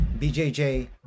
BJJ